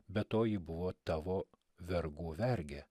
be to ji buvo tavo vergų vergė